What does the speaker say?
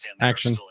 action